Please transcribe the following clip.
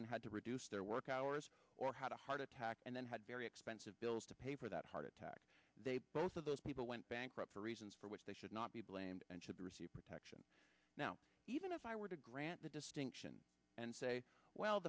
then had to reduce their work hours or had a heart attack and then had very expensive bills to pay for that heart attack they both of those people went bankrupt for reasons for which they should not be blamed and should receive protection now even if i were to grant the distinction and say well